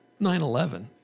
9-11